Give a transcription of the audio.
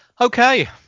Okay